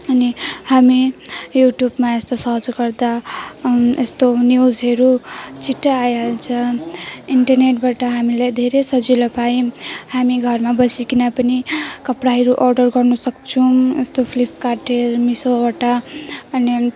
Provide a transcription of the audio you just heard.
अनि हामी युट्युबमा यस्तो सर्च गर्दा यस्तो न्युजहरू छिट्टै आइहाल्छ इन्टरनेटबाट हामीले धेरै सजिलो पायौँ हामी घरमा बसिकन पनि कपडाहरू अर्डर गर्नुसक्छौँ यस्तो फ्लिपकार्टहरू मिसोबाट अनि